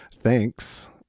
thanks